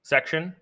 Section